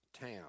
town